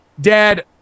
Dad